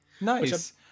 nice